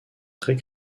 très